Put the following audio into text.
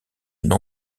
une